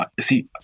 see